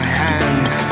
hands